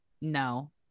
No